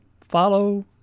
follow